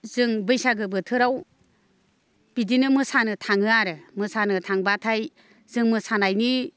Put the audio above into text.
जों बैसागु बोथोराव बिदिनो मोसानो थाङो आरो मोसानो थांबाथाय जों मोसानायनि